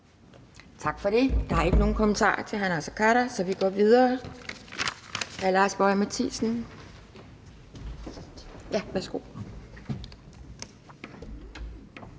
Tak for det. Der er ikke nogen kommentarer til hr. Naser Khader, så vi går videre. Hr. Lars Boje Mathiesen, værsgo.